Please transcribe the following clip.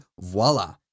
voila